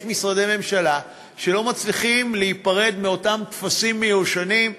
יש משרדי ממשלה שלא מצליחים להיפרד מאותם טפסים מיושנים.